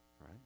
right